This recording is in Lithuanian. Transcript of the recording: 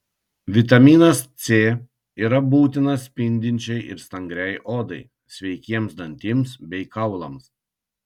vitaminas c yra būtinas spindinčiai ir stangriai odai sveikiems dantims bei kaulams